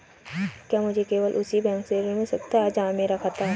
क्या मुझे केवल उसी बैंक से ऋण मिल सकता है जहां मेरा खाता है?